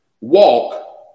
walk